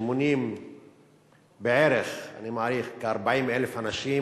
שמונים בערך, אני מעריך, 40,000 אנשים